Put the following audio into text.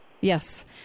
Yes